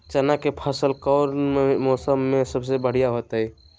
चना के फसल कौन मौसम में सबसे बढ़िया होतय?